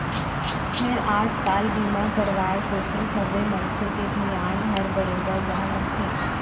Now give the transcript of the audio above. फेर आज काल बीमा करवाय कोती सबे मनसे के धियान हर बरोबर जावत हे